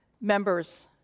members